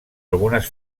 algunes